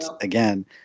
again